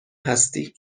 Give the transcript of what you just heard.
هستی